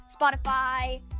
Spotify